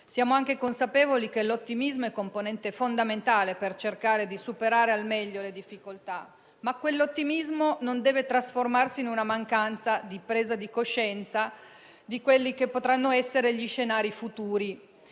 Siamo anche consapevoli che l'ottimismo è una componente fondamentale per cercare di superare al meglio le difficoltà, ma quell'ottimismo non deve trasformarsi in una mancanza di presa di coscienza di quelli che potranno essere gli scenari futuri.